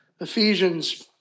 Ephesians